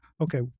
Okay